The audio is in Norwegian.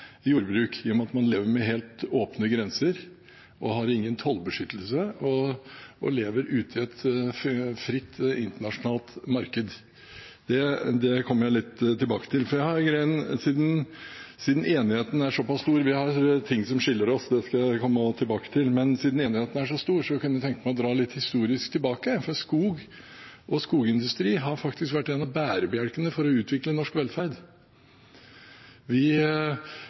jordbruk, i og med at man lever med helt åpne grenser, ikke har noen tollbeskyttelse og lever ute i et fritt internasjonalt marked. Det kommer jeg litt tilbake til. Siden enigheten er såpass stor – vi har ting som skiller oss, det skal jeg komme tilbake til – kunne jeg tenke meg å dra litt historisk tilbake, for skog og skogindustri har faktisk vært en av bærebjelkene for å utvikle norsk velferd. Vi